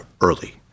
early